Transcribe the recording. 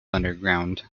underground